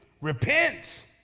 Repent